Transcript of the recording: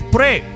Pray